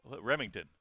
Remington